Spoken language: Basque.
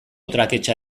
traketsa